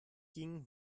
ging